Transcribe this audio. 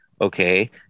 okay